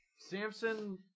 Samson